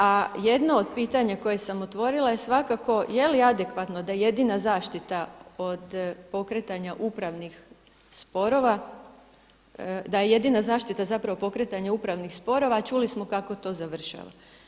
A jedno od pitanja koje sam otvorila je svakako je li adekvatno da jedina zaštita od pokretanja upravnih sporova, da je jedina zaštita zapravo pokretanje upravnih sporova a čuli smo kako to završava.